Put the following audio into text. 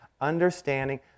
understanding